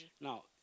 Now